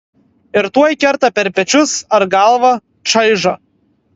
ir tuoj kerta per pečius ar galvą čaižo